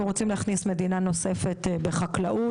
אנחנו רוצים להכניס מדינה נוספת בחקלאות,